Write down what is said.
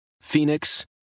Phoenix